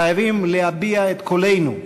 חייבים להביע את קולנו,